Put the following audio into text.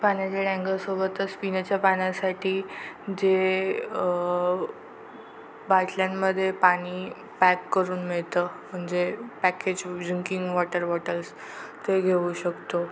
पाण्याचे डॅंगरसोबतच पिण्याच्या पाण्यासाठी जे बाटल्यांमध्ये पाणी पॅक करून मिळतं म्हणजे पॅकेज ड्रिंकिंग वॉटर बॉटल्स ते घेऊ शकतो